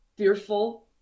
fearful